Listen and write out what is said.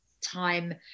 time